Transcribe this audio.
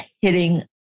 hitting